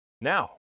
now